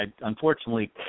unfortunately